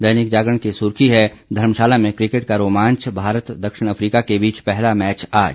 दैनिक जागरण की सुर्खी है घर्मशाला में किकेट का रोमांच मारत दक्षिण अफ्रीका के बीच पहला मैंच आज